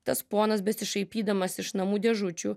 tas ponas besišaipydamas iš namų dėžučių